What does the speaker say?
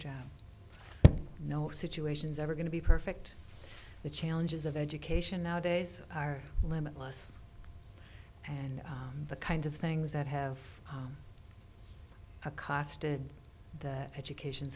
job no situations ever going to be perfect the challenges of education nowadays are limitless and the kinds of things that have a costed that education